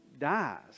dies